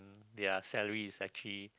their salary is actually